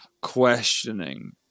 questioning